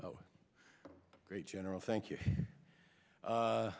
oh great general thank you